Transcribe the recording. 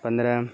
پندرہ